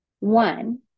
one